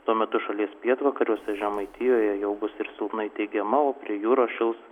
tuo metu šalies pietvakariuose žemaitijoje jau bus ir silpnai teigiama o prie jūros šils